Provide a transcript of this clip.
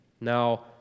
Now